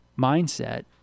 mindset